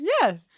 Yes